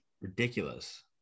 Ridiculous